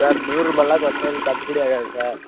sir நூறுபால்லாம் குறைச்சால் எங்களுக்கு கட்டுப்படி ஆகாது சார்